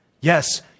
Yes